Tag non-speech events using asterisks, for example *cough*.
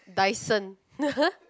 dyson *laughs*